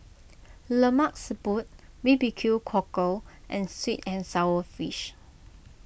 Lemak Siput B B Q Cockle and Sweet and Sour Fish